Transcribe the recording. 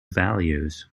values